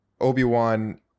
obi-wan